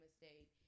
mistake